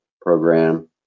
program